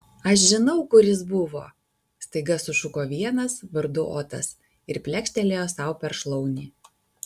aš žinau kur jis buvo staiga sušuko vienas vardu otas ir plekštelėjo sau per šlaunį